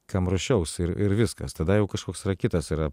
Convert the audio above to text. kam ruošiaus ir ir viskas tada jau kažkoks yra kitas yra